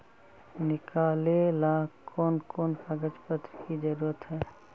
निकाले ला कोन कोन कागज पत्र की जरूरत है?